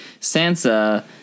Sansa